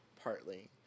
Partly